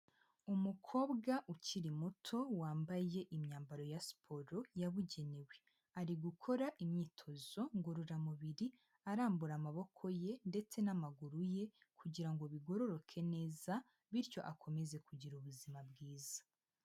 Umukobwa ukiri muto wambaye imyambaro ya siporo yabugenewe, ari gukora imyitozo ngororamubiri arambura amaboko ye ndetse n'amaguru ye kugira ngo bigororoke neza bityo akomeze kugira ubuzima bwiza.